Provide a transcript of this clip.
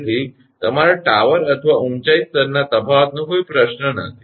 તેથી તમારા ટાવર અથવા ઊંચાઈ સ્તરના તફાવતનો કોઈ પ્રશ્ન નથી